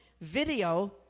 video